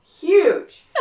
huge